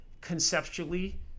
conceptually